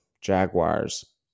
Jaguars